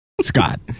Scott